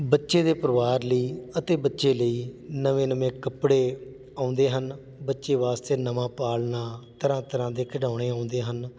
ਬੱਚੇ ਦੇ ਪਰਿਵਾਰ ਲਈ ਅਤੇ ਬੱਚੇ ਲਈ ਨਵੇਂ ਨਵੇਂ ਕੱਪੜੇ ਆਉਂਦੇ ਹਨ ਬੱਚੇ ਵਾਸਤੇ ਨਵਾਂ ਪਾਲਣਾ ਤਰ੍ਹਾਂ ਤਰ੍ਹਾਂ ਦੇ ਖਿਡੌਣੇ ਆਉਂਦੇ ਹਨ